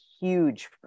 huge